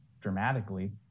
dramatically